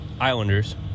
Islanders